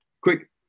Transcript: Quick